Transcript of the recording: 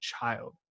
child